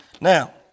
Now